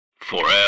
Forever